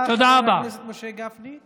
תודה, חבר הכנסת משה גפני.